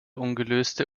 ungelöste